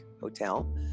hotel